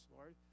Lord